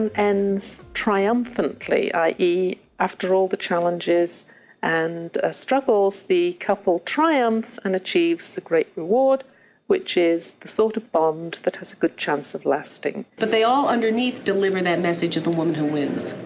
ends triumphantly ie after all the challenges and struggles, the couple triumphs and achieves the great reward which is the sort of bond that has a good chance of lasting. but they all underneath deliver that message of the woman who wins.